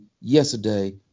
yesterday